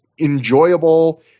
enjoyable